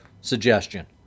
suggestion